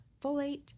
folate